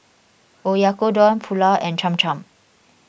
Oyakodon Pulao and Cham Cham